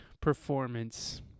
performance